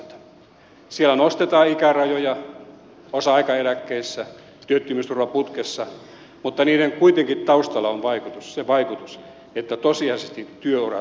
siellä nostetaan ikärajoja osa aikaeläkkeissä työttömyysturvaputkessa mutta kuitenkin niiden taustalla on se vaikutus että tosiasiallisesti työurat voisivat nousta